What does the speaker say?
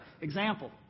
example